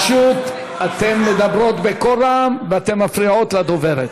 פשוט אתן מדברות בקול רם ומפריעות לדוברת.